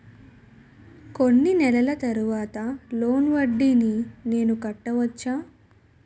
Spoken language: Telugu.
కొన్ని నెలల తర్వాత లోన్ వడ్డీని నేను కట్టవచ్చా?